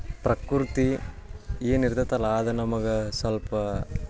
ಪ್ರಕೃತಿ ಏನಿರ್ತೈತಲ್ಲ ಅದು ನಮಗೆ ಸ್ವಲ್ಪ